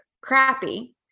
crappy